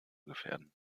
gefährden